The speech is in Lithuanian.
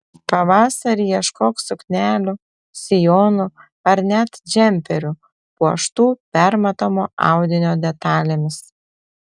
pavasarį ieškok suknelių sijonų ar net džemperių puoštų permatomo audinio detalėmis